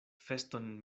feston